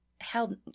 held